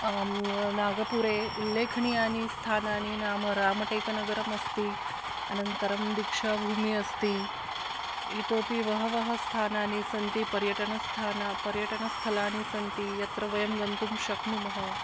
आं नागपुरे उल्लेखनीयानि स्थानानि नाम रामटेकनगरम् अस्ति अनन्तरं दीक्षाभूमिः अस्ति इतोपि बहवः स्थानानि सन्ति पर्यटनस्थानं पर्यटनस्थलानि सन्ति यत्र वयं गन्तुं शक्नुमः